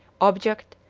object,